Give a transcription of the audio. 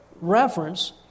reference